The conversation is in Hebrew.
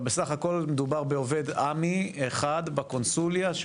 בסך הכול מדובר בעובד אמ"י אחד בקונסוליה,